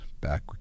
back